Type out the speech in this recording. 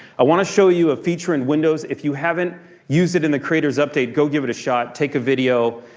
i want to show you a feature in windows if you haven't used it in the creator's update, go give it a shot. take a video.